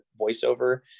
voiceover